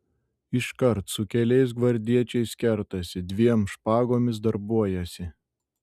iškart su keliais gvardiečiais kertasi dviem špagomis darbuojasi